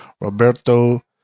Roberto